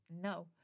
No